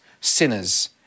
sinners